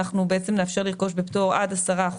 אנחנו בעצם נאפשר לרכוש בפטור עד 10%